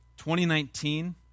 2019